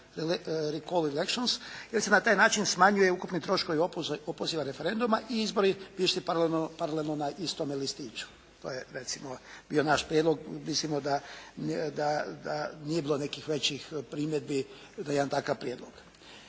"recall elaction" jer se na taj način smanjuju ukupni troškovi opoziva referenduma i izbori bi išli paralelno na istome listiću. To je recimo bio naš prijedlog, mislimo da nije bilo nekih većih primjedbi na jedan takav prijedlog.